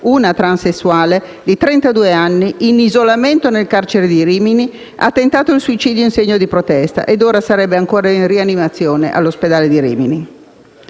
una transessuale di trentadue anni, in isolamento nel carcere di Rimini, ha tentato il suicidio in segno di protesta e ora sarebbe ancora in rianimazione all'ospedale di Rimini.